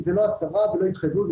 זו לא הצהרה ולא התחייבות.